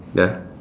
dah